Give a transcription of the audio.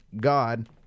God